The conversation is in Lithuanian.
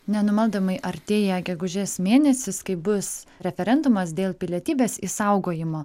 nenumaldomai artėja gegužės mėnesis kai bus referendumas dėl pilietybės išsaugojimo